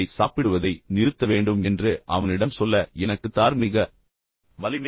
அவன் அதை சாப்பிடுவதை நிறுத்த வேண்டும் என்று அவனிடம் சொல்ல எனக்கு தார்மீக வலிமை உள்ளது